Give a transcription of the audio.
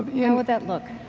yeah and would that look?